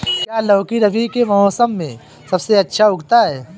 क्या लौकी रबी के मौसम में सबसे अच्छा उगता है?